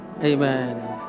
Amen